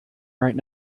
right